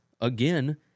again